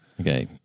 Okay